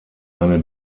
eine